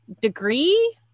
degree